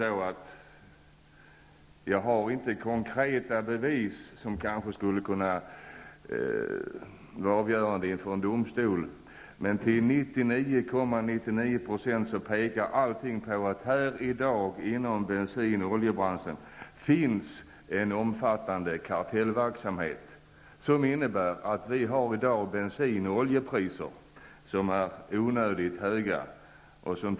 Således kan jag inte lägga fram material som kanske skulle kunna vara avgörande inför en domstol. Men till 99,99 % pekar allt på att det inom bensinoch oljebranschen finns en omfattande kartellverksamhet, som innebär att vi i dag har onödigt höga bensin och oljepriser.